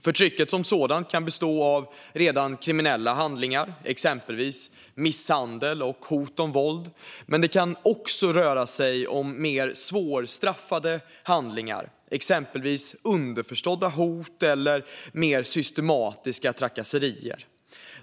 Förtrycket som sådant kan bestå av redan kriminella handlingar, exempelvis misshandel och hot om våld, men det kan också röra sig om mer svårstraffade handlingar, exempelvis underförstådda hot eller mer systematiska trakasserier.